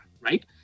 right